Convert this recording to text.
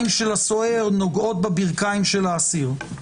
של הסוהר נוגעות בברכיים של האסיר.